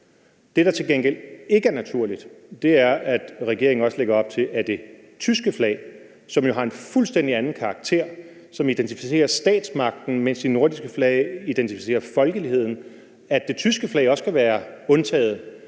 Det, der til gengæld ikke er naturligt, er, at regeringen også lægger op til, at det tyske flag, som jo har en fuldstændig anden karakter, og som repræsenterer statsmagten, mens de nordiske flag repræsenterer folkeligheden, også kan være undtaget,